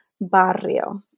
barrio